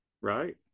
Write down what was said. right